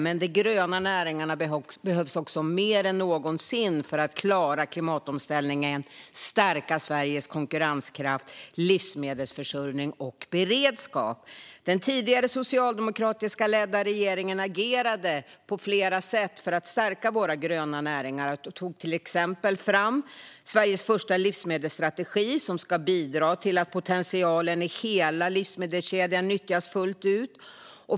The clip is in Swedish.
Men de gröna näringarna behövs också mer än någonsin för att klara klimatomställningen och för att stärka Sveriges konkurrenskraft, livsmedelsförsörjning och beredskap. Den tidigare socialdemokratiskt ledda regeringen agerade på flera sätt för att stärka våra gröna näringar. Den tog till exempel fram Sveriges första livsmedelsstrategi som ska bidra till att potentialen i hela livsmedelskedjan nyttjas fullt ut.